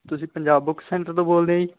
ਤੁਸੀਂ Punjab book centre ਤੋਂ ਬੋਲਦੇ ਆ ਜੀ